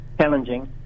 challenging